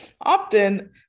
often